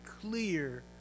clear